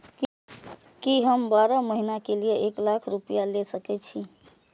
की हम बारह महीना के लिए एक लाख रूपया ले सके छी?